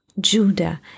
Judah